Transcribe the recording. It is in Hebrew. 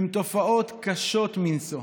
הן תופעות קשות מנשוא.